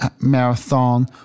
Marathon